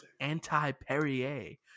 anti-Perrier